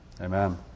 Amen